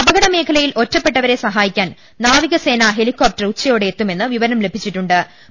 അപകടമേഖലയിൽ ഒറ്റപ്പെ ട്ടവരെ സഹായിക്കാൻ നാവികസേന് ്ഹെലികോപ്ടർ ഉച്ചയോടെ എത്തുമെന്ന് വിവരം ലഭിച്ചിട്ടുണ്ട്ട്